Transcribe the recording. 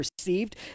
received